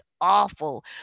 awful